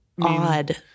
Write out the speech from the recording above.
odd